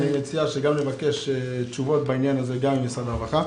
אני מציע שנבקש תשובות בעניין הזה גם ממשרד העבודה והרווחה.